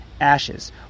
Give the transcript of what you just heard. ashes